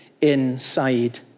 inside